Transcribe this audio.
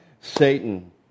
Satan